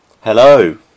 Hello